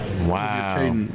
wow